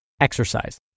exercise